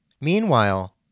Meanwhile